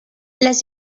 las